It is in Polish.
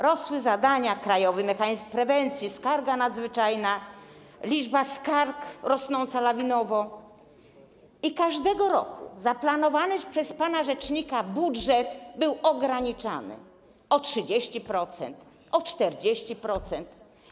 Rósł zakres zadań - krajowy mechanizm prewencji, skarga nadzwyczajna, liczba skarg rosnąca lawinowo - a każdego roku zaplanowany przez pana rzecznika budżet był ograniczany o 30%, o 40%.